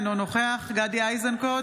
אינו נוכח גדי איזנקוט,